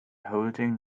holding